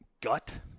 gut